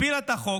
הפילה את החוק,